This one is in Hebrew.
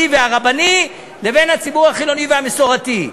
והרבני לבין הציבור החילוני והמסורתי,